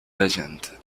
legend